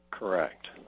Correct